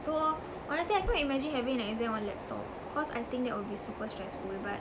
so honestly I cannot imagine having the exam on laptop cause I think that would be super stressful but